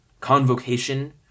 convocation